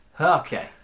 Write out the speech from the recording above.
Okay